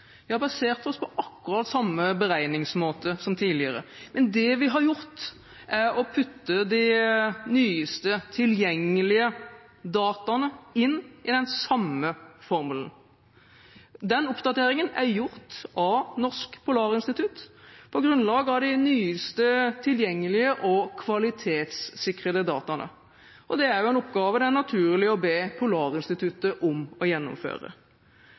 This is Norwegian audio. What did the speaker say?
Vi har basert oss på akkurat samme beregningsmåte som tidligere. Men det vi har gjort, er å putte de nyeste tilgjengelige dataene inn i den samme formelen. Den oppdateringen er gjort av Norsk Polarinstitutt på grunnlag av de nyeste tilgjengelige og kvalitetssikrede dataene. Det er en oppgave det er naturlig å be Polarinstituttet om å gjennomføre.